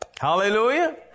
Hallelujah